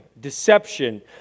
deception